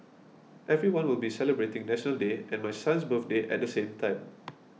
everyone will be celebrating National Day and my son's birthday at the same time